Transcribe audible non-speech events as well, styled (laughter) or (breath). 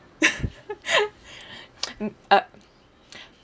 (laughs) (noise) mm a~ (breath)